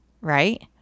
right